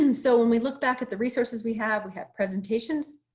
um so when we look back at the resources we have, we have presentations,